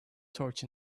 torch